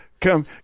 come